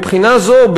מבחינה זו,